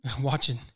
watching